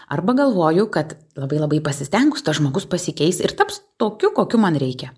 arba galvoju kad labai labai pasistengus tas žmogus pasikeis ir taps tokiu kokiu man reikia